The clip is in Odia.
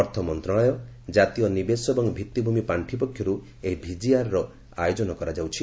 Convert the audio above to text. ଅର୍ଥ ମନ୍ତ୍ରଣାଳୟ କାତୀୟ ନିବେଶ ଏବଂ ଭିଭିଭୂମି ପାଶ୍ଚି ପକ୍ଷରୁ ଏହି ଭିଜିଆଇଆର୍ର ଆୟୋଜନ କରାଯାଉଛି